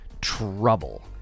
trouble